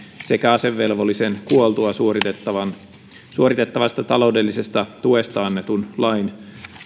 sekä asevelvollisen kuoltua suoritettavasta taloudellisesta tuesta annetun lain